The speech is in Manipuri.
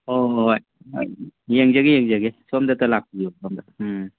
ꯍꯣꯏ ꯍꯣꯏ ꯍꯣꯏ ꯍꯣꯏ ꯌꯦꯡꯖꯒꯦ ꯌꯦꯡꯖꯒꯦ ꯁꯣꯝꯗꯗ ꯂꯥꯛꯄꯤꯌꯨ ꯁꯣꯝꯗ